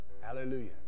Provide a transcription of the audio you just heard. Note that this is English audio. Hallelujah